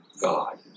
God